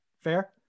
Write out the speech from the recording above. fair